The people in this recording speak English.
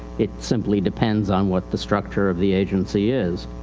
it simply depends on what the structure of the agency is.